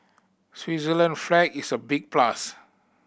Switzerland flag is a big plus